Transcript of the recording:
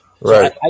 Right